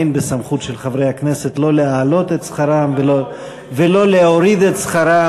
אין בסמכות של חברי הכנסת לא להעלות את שכרם ולא להוריד את שכרם.